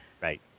Right